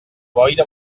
boira